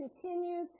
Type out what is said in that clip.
continues